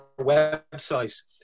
website